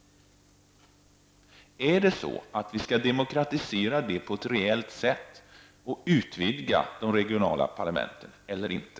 Är det så, att vi skall demokratisera på ett reellt sätt och att vi skall utvidga de regionala parlamenten eller inte?